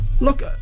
Look